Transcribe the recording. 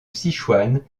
sichuan